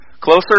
closer